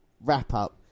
wrap-up